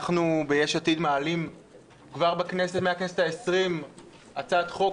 אנחנו ביש עתיד מעלים כבר מהכנסת העשרים הצעת חוק